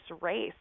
race